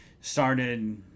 started